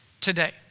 today